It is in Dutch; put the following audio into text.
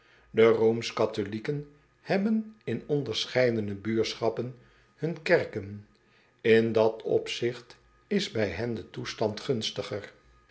e atholieken hebben in onderscheidene buurschappen hun kerken n dat opzigt is bij hen de toestand gunstiger